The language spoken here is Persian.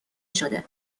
شده